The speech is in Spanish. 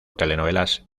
telenovelas